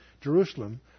Jerusalem